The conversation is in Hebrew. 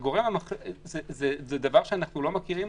זה דבר שאנחנו לא מכירים